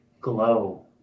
glow